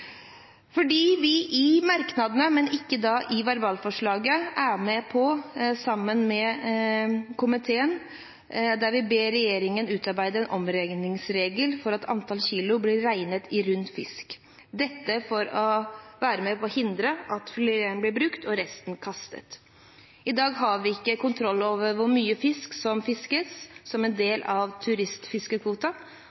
ikke i verbalforslaget, sammen med resten av komiteen ber regjeringen utarbeide en omregningsregel, slik at antall kilo blir regnet i rund fisk. Det er for å være med på å hindre at fileten blir brukt og resten kastet. I dag har vi ikke kontroll med hvor mye fisk som fiskes som en